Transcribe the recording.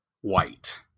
white